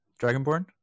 Dragonborn